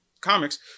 comics